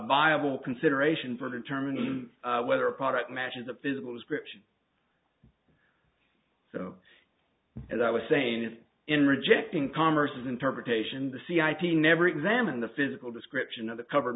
viable consideration for determining whether a product matches a physical description so as i was saying in rejecting commerce interpretation the c i t never examined the physical description of the covered